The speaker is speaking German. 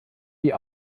die